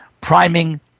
priming